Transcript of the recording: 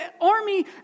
army